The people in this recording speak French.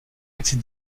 accès